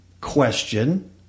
question